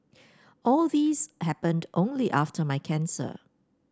all these happened only after my cancer